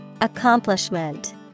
Accomplishment